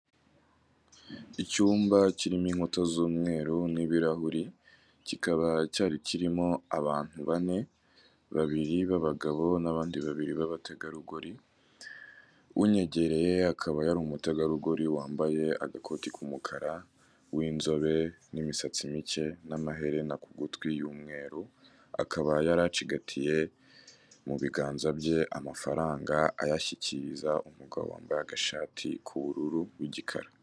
Icyumba kirimo inkuta z'umweru n'ibirahuri, kikaba cyari kirimo abantu bane babiri b'abagabo n'abandi babiri b'abategarugori. Unyegereye akaba yari umutegarugori wambaye agakoti k'umukara w'inzobe n'imisatsi mike n'amaherena ku gutwi y'umweru, akaba yari acigatiye mu biganza bye amafaranga ayashyikiriza umugabo wambaye agashati k'ubururu w'igikara.